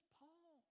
paul